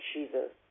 Jesus